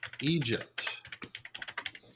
Egypt